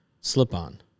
slip-on